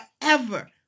forever